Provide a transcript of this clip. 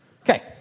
Okay